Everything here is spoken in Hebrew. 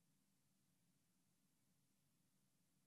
הממשלה